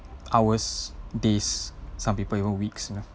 hours days some people even weeks you know